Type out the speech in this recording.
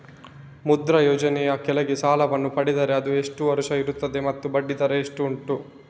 ಮುದ್ರಾ ಯೋಜನೆ ಯ ಕೆಳಗೆ ಸಾಲ ವನ್ನು ಪಡೆದರೆ ಅದು ಎಷ್ಟು ವರುಷ ಇರುತ್ತದೆ ಮತ್ತು ಬಡ್ಡಿ ದರ ಎಷ್ಟು ಉಂಟು?